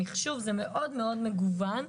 זה מאוד מאוד מגוון.